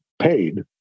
paid